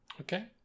Okay